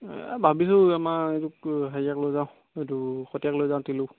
এই ভাবিছোঁ আমাৰ এইটো হেৰিয়াক লৈ যাওঁ এইটো সতীয়াক লৈ যাওঁ তিলো